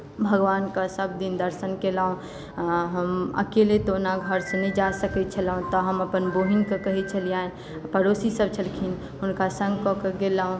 भगवानके सभदिन दर्शन केलहुँ हम अकेले तऽ ओना घरसँ नहि जा सकैत छलहुँ तऽ हम अपन बहीनके कहैत छलियनि पड़ोसीसभ छलखिन हुनका सङ्ग कऽ के गेलहुँ